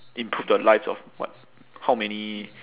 improve the lives of what how many